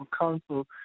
Council